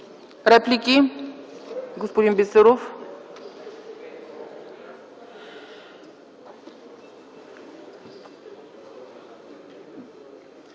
Реплики? Господин Бисеров.